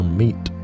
meat